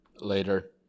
later